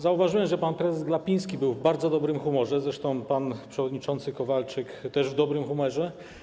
Zauważyłem, że pan prezes Glapiński był w bardzo dobrym humorze, zresztą pan przewodniczący Kowalczyk też w dobrym humorze.